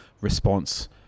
response